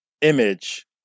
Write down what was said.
image